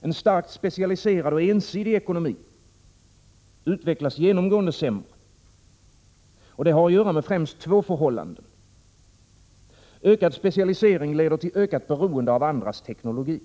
En starkt specialiserad och ensidig ekonomi utvecklas genomgående sämre, och det har att göra med främst två förhållanden. För det första leder ökad specialisering till ökat beroende av andras teknologi.